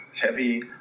heavy